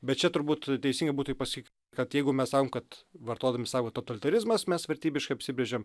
bet čia turbūt teisinga būtų pasakyti kad jeigu mes sakom kad vartodami sąvoką totalitarizmas mes vertybiškai apsibrėžiam